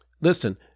listen